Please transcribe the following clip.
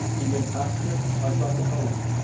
even faster. i was about to call you.